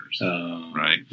Right